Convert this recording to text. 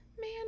man